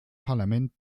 parlament